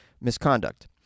misconduct